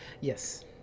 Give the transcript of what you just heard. Yes